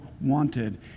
wanted